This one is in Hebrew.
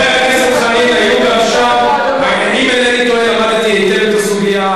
למדתי היטב את הסוגיה,